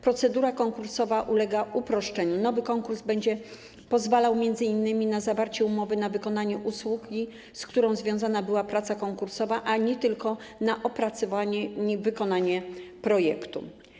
Procedura konkursowa ulega uproszczeniu, nowy konkurs będzie pozwalał m.in. na zawarcie umowy na wykonanie usługi, z którą związana była praca konkursowa, a nie tylko na opracowanie i wykonanie projektu.